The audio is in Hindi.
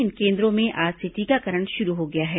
इन केन्द्रों में आज से टीकाकरण शुरू हो गया है